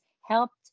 helped